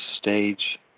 stage